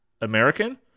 American